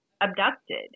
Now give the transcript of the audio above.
abducted